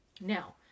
now